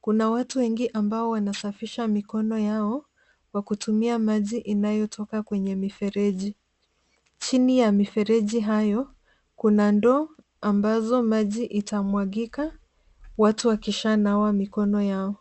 Kuna watu wengi ambao wanasafisha mikono yao kwa kutumia maji inayotoka kwenye mifereji. Chini ya mifereji hayo, kuna ndoo ambazo maji itamwagika, watu wakishanawa mikono yao.